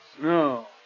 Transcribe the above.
No